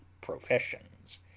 professions